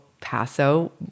Paso